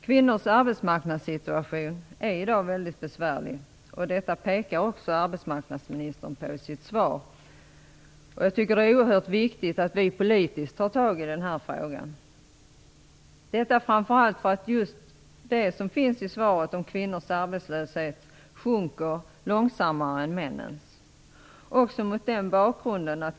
Kvinnors arbetsmarknadssituation är väldigt besvärlig. Detta påpekar också arbetsmarknadsministern i sitt svar. Jag tycker att det är oerhört viktigt att vi politiskt tar tag i den här frågan, detta framför allt för att - just det som nämns i svaret om kvinnors arbetslöshet - kvinnors arbetslöshet sjunker långsammare än männens.